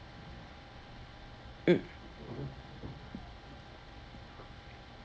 mm